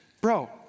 bro